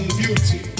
beauty